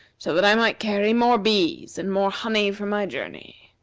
so that i might carry more bees and more honey for my journey.